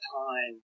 time